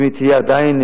אם היא תהיה עדיין,